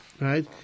right